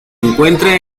encuentra